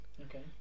okay